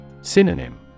Synonym